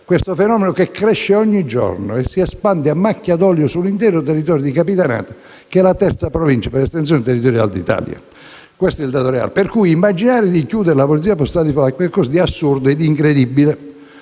un fenomeno che cresce ogni giorno e si espande a macchia d'olio sull'intero territorio della Capitanata, che è la terza Provincia d'Italia per estensione territoriale. Questo è il dato reale. Pertanto, immaginare di chiudere il presidio di Polizia postale di Foggia è qualcosa di assurdo e incredibile